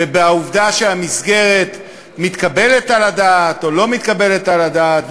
בעובדה שהמסגרת מתקבלת על הדעת או לא מתקבלת על הדעת,